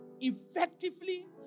effectively